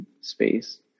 space